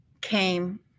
came